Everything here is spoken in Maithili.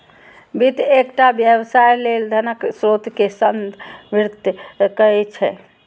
वित्त एकटा व्यवसाय लेल धनक स्रोत कें संदर्भित करै छै